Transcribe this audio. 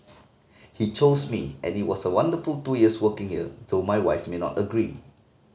he chose me and it was a wonderful two years working here though my wife may not agree